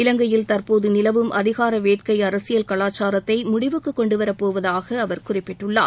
இலங்கையில் தற்போது நிலவும் அதிகார வேட்கை அரசியல் கலாச்சாரத்தை முடிவுக்கு கொண்டுவரப் போவதாக அவர் குறிப்பிட்டுள்ளார்